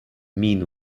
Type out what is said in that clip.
mean